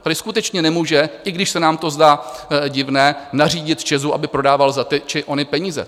Tady skutečně nemůže, i když se nám to zdá divné, nařídit ČEZu, aby prodával za ty či ony peníze.